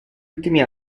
ultimi